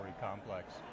complex